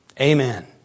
Amen